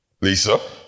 Lisa